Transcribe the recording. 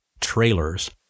trailers